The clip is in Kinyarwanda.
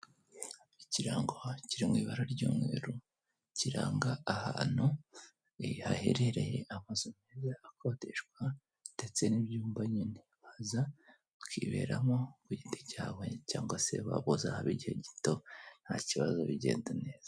Ikirango aha kiri mu ibara ry'umweru, kiranga ahantu haherereye amazu n'asoko akodeshwa ndetse n'ibyumba nyine, waza kwiberamo ku giti cyabo, cyangwa se ukazahaba igihe gito nta kibazo bigenda neza.